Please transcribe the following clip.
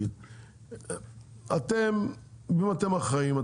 אם אתם אחראים,